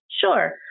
Sure